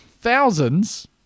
thousands